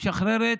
משחררת